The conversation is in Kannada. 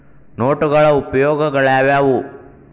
ನೋಟುಗಳ ಉಪಯೋಗಾಳ್ಯಾವ್ಯಾವು?